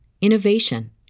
innovation